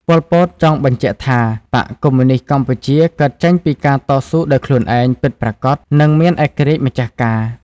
ប៉ុល ពត ចង់បញ្ជាក់ថា បក្សកុម្មុយនីស្តកម្ពុជាកើតចេញពីការតស៊ូដោយខ្លួនឯងពិតប្រាកដ និងមានឯករាជ្យម្ចាស់ការ។